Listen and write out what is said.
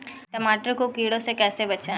टमाटर को कीड़ों से कैसे बचाएँ?